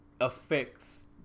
affects